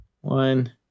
one